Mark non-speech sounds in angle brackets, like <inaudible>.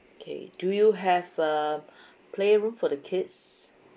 okay do you have a <breath> play room for the kids